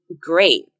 great